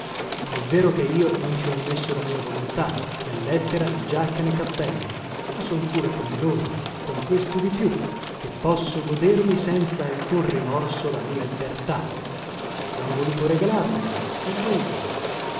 è vero che io non ci ho messo la mia volontà né lettera né giacca né cappello ma son pure come loro con questo di più che posso godermi senza alcun rimorso la mia libertà han voluto regalarmela e dunque